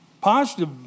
positive